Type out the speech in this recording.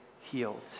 healed